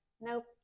nope